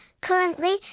Currently